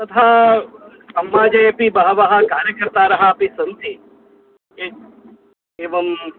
तथा समाजे अपि बहवः कार्यकर्तारः अपि सन्ति ये एवम्